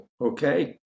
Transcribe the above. okay